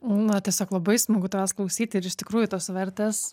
na tiesiog labai smagu tavęs klausyti ir iš tikrųjų tos vertės